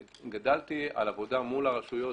גדלתי על עבודה מול הרשויות,